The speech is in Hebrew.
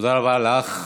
תודה רבה לך.